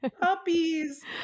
puppies